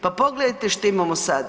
Pa pogledajte što imamo sad.